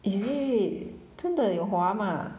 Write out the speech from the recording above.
is it 真的有划吗